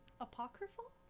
Apocryphal